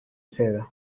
seda